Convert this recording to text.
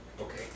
Okay